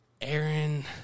Aaron